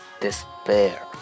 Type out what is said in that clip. despair